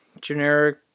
generic